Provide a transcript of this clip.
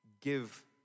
give